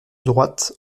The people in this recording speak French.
droite